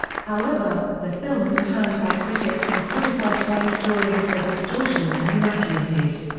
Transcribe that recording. however, the film was panned by critics and criticized by historians for distortions and inaccuracies.